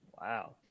wow